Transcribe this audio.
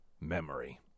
memory